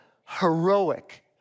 heroic